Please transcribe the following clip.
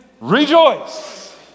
rejoice